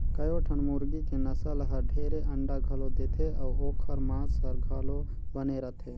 कयोठन मुरगी के नसल हर ढेरे अंडा घलो देथे अउ ओखर मांस हर घलो बने रथे